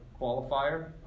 qualifier